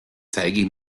zeige